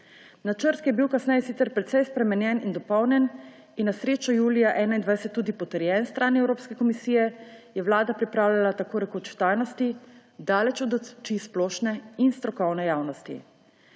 Načrt, ki je bil kasneje sicer precej spremenjen in dopolnjen in na srečo julija 2021 tudi potrjen s strani Evropske komisije, je Vlada pripravljala tako rekoč v tajnosti, daleč od oči splošne in strokovne javnosti.